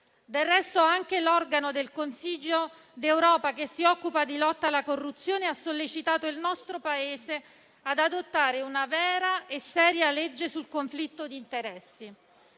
Del resto, anche l'organo del Consiglio d'Europa che si occupa di lotta alla corruzione ha sollecitato il nostro Paese ad adottare una vera e seria legge sul conflitto di interessi.